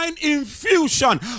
infusion